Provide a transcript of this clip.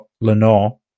Lenore